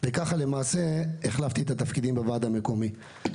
ככה למעשה החלפתי את התפקידים בוועד המקומי.